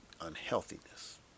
unhealthiness